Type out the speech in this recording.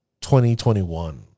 2021